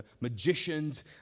magicians